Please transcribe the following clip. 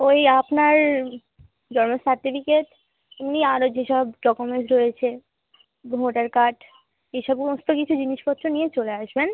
ওই আপনার জন্মের সার্টিফিকেট এমনি আরও যেসব ডকুমেন্টস রয়েছে ভোটার কার্ড এসমস্ত কিছু জিনিসপত্র নিয়ে চলে আসবেন